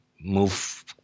move